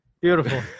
Beautiful